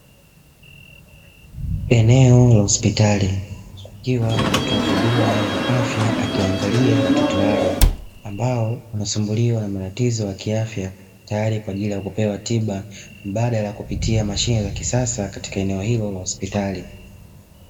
Eneo la hospitali likiwa na mtoa huduma wa afya, akiwaangalia watoto hao ambao wanasumbuliwa na matatizo ya kiafya tayari kwa ajili ya kupewa tiba mbadala ya kisasa katika eneo hilo la hospitali.